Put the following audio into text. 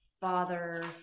father